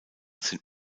sind